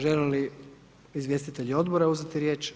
Želi li izvjestitelji odbora uzeti riječ?